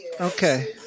Okay